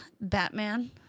Batman